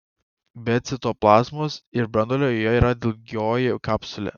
be citoplazmos ir branduolio joje yra dilgioji kapsulė